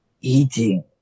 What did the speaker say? eating